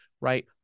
right